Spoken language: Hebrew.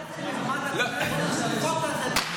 אתה מוכן להצהיר מעל בימת הכנסת שהחוק הזה בשום